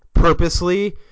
Purposely